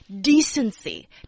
decency